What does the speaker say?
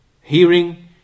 hearing